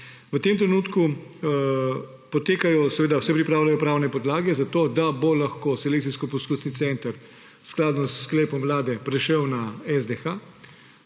V tem trenutku se pripravljajo pravne podlage, zato da bo lahko Selekcijsko-poskusni center skladno s sklepom Vlade prešel na SDH,